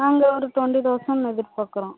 நாங்கள் ஒரு twenty thousand எதிர்பார்க்குறோம்